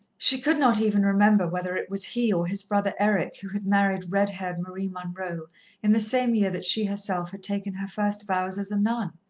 she could not even remember whether it was he or his brother eric who had married red-haired marie munroe in the same year that she herself had taken her first vows as a nun.